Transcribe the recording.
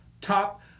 Top